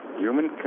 Human